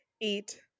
eat